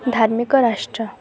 ଧାର୍ମିକ ରାଷ୍ଟ୍ର